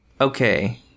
Okay